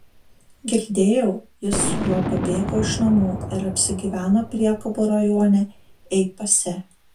girdėjau ji su juo pabėgo iš namų ir apsigyveno priekabų rajone ei pase